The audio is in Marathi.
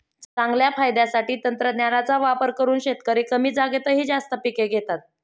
चांगल्या फायद्यासाठी तंत्रज्ञानाचा वापर करून शेतकरी कमी जागेतही जास्त पिके घेतात